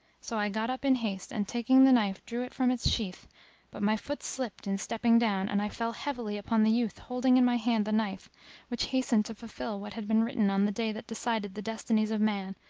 so i got up in haste and taking the knife drew it from its sheath but my foot slipped in stepping down and i fell heavily upon the youth holding in my hand the knife which hastened to fulfil what had been written on the day that decided the destinies of man,